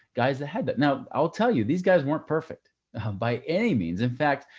guys, that had, but now i'll tell you, these guys weren't perfect by any means. in fact,